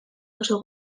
oso